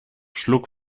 schlug